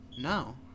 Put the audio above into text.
No